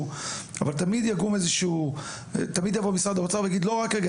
אבל תמיד יבוא משרד האוצר ויגיד: "לא רגע,